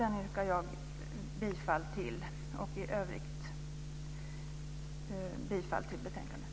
Jag yrkar bifall till den och i övrigt till utskottets hemställan.